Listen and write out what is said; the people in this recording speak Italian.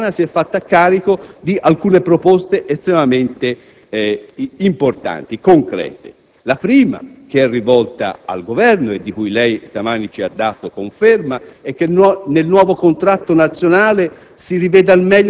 La Regione Toscana si è fatta carico di alcune proposte estremamente importanti e concrete. La prima, rivolta al Governo e di cui lei stamattina ci ha dato conferma, è che nel nuovo contratto nazionale